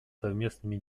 совместными